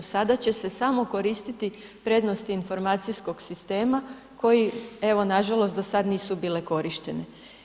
Sada će se samo koristiti prednost informacijskog sistema koji evo, nažalost, do sad nisu bile korištene.